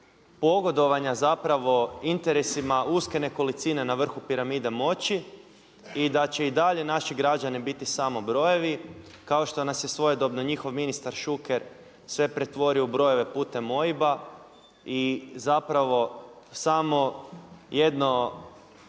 pogodovanja interesima uske nekolicine na vrhu piramide moći i da će i dalje naši građani biti samo brojevi kao što nas je svojedobno njihov ministar Šuker sve pretvorio u brojeve putem OIB-a i zapravo samo jedna